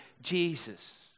Jesus